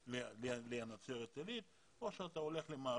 או לנצרת עילית או למעלות.